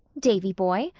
davy-boy,